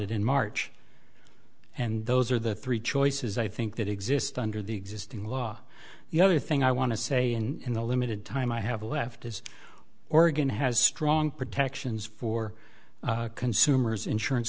it in march and those are the three choices i think that exist under the existing law the other thing i want to say in the limited time i have left is oregon has strong protections for consumers insurance